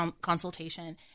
consultation